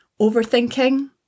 overthinking